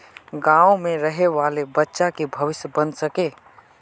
गाँव में रहे वाले बच्चा की भविष्य बन सके?